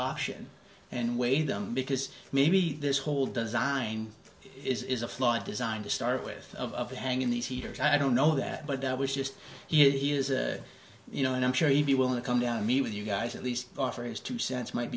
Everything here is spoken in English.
option and weigh them because maybe this whole design is a flawed design to start with of hanging these heaters i don't know that but that was just he is a you know and i'm sure he'd be willing to come down and meet with you guys at least offer his two cents might